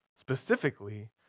specifically